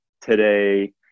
today